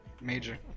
major